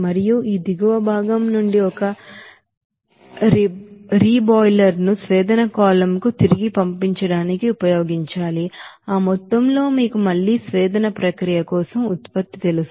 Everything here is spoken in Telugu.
మరియు ఈ దిగువ భాగం నుండి ఒక రీబాయిలర్ ను డిస్టిలేషన్ కాలమ్ కు తిరిగి పంపడానికి ఉపయోగించాలి ఆ మొత్తంలో మీకు మళ్ళీ డిస్టిలేషన్ డిస్టిలేషన్ ప్రాసెస్ కోసం ఉత్పత్తి తెలుసు